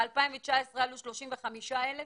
ב-2019 עלו 35,000,